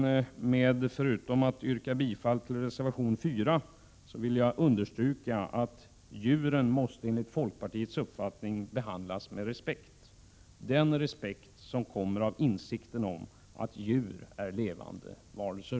Jag vill, förutom att yrka bifall till reservation 4, understryka att djuren, enligt folkpartiets uppfattning, måste behandlas med respekt — den respekt som kommer av insikten om att djur är levande varelser.